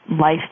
life